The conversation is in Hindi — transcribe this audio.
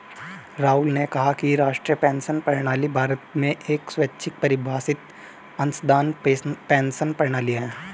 राहुल ने कहा कि राष्ट्रीय पेंशन प्रणाली भारत में एक स्वैच्छिक परिभाषित अंशदान पेंशन प्रणाली है